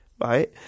right